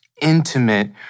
intimate